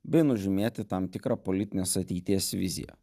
bei nužymėti tam tikrą politinės ateities viziją